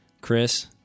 Chris